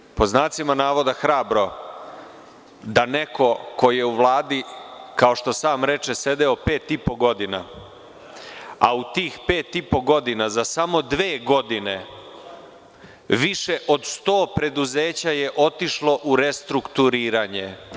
Vrlo je, pod znacima navoda, hrabro da neko ko je u Vladi, kao što sam reče, sedeo pet i po godina, a u tih pet i po godina za samo dve godine više od 100 preduzeće je otišlo u restrukturiranje.